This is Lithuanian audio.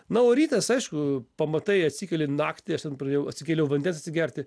na o rytas aišku pamatai atsikeli naktį aš ten pradėjau atsikėliau vandens atsigerti